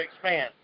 expand